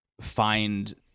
find